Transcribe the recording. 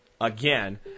again